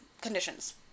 conditions